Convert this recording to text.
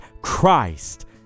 Christ